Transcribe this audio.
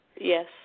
Yes